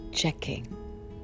Checking